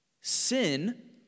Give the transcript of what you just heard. Sin